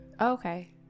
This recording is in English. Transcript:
Okay